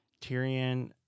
Tyrion